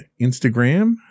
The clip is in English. Instagram